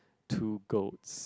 two goats